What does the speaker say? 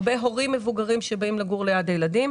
הרבה הורים מבוגרים שבאים לגור ליד הילדים.